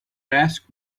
ask